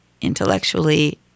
intellectually